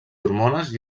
hormones